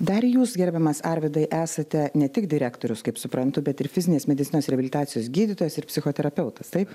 dar jūs gerbiamas arvydai esate ne tik direktorius kaip suprantu bet ir fizinės medicinos reabilitacijos gydytojas ir psichoterapeutas taip